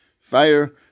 fire